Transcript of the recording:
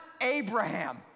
Abraham